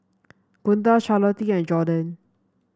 Gunda Charlottie and Jorden